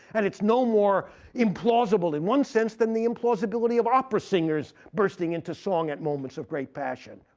and it's no more implausible in one sense than the implausibility of opera singers bursting into song at moments of great passion.